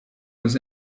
was